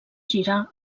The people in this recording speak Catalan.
girar